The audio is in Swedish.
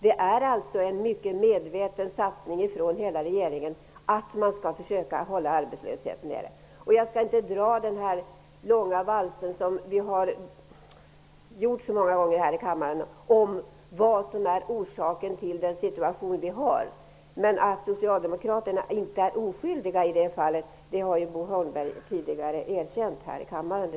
Det är alltså en mycket medveten satsning från hela regeringen att försöka att hålla arbetslösheten nere. Jag skall inte ta upp allt som är orsaken till nuvarande situation. Det har redan gjorts vid många tillfällen. Att socialdemokraterna inte är oskyldiga i det fallet har Bo Holmberg tidigare erkänt här i kammaren.